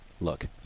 look